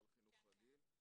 מקווה